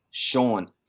Sean